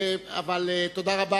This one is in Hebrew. תודה רבה.